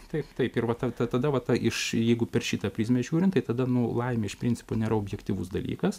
taip taip ir vat ta tada va ta iš jeigu per šitą prizmę žiūrint tai tada nu laimė iš principo nėra objektyvus dalykas